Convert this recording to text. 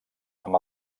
amb